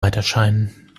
weiterscheinen